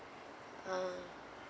ah